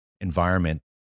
environment